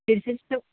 दीडशेचं